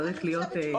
צריך להיות מדויק.